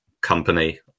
company